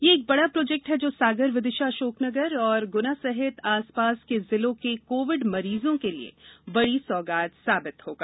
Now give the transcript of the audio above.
यह एक बड़ा प्रोजेक्ट है जो सागर विदिशा अशोकनगर और गुना सहित आसपास के जिलों के कोविड मरीजों के लिए बड़ी सौगात साबित होगा